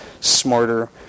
smarter